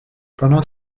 pendant